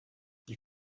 you